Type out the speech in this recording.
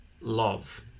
love